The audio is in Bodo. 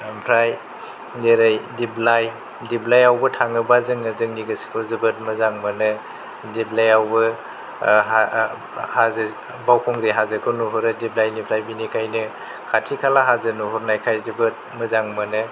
ओमफ्राय जेरै दिबलाइ दिबलाइआवबो थाङोबा जोङो जोंनि गोसोखौ जोबोद मोजां मोनो दिबलाइआवबो हाजो बावखुंग्रि हाजोखौ नुहुरो दिबलाइनिफ्राय बिनिखायनो खाथि खाला हाजो नुहुरनायखाय जोबोद मोजां मोनो